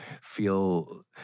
feel